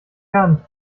kann